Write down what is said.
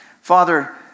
Father